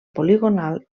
poligonal